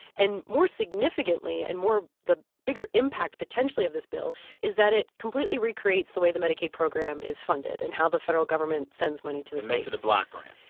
and more significantly, and more the bigger impact potentially of this bill is that it completely recreates the way the medicaid program is funded and how the federal government sends money to the states it makes it a block grant,